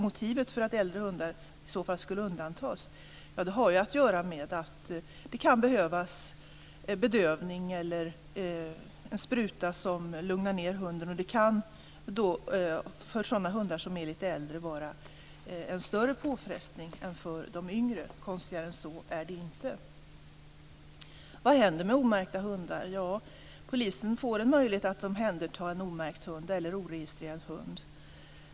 Motivet för att äldre hundar ska undantas är att det kan behövas bedövning eller en spruta som lugnar ned hunden, och för hundar som är lite äldre kan det vara en större påfrestning än för de yngre. Konstigare än så är det inte. Vad händer med omärkta hundar? Polisen får en möjlighet att omhänderta en omärkt eller oregistrerad hund.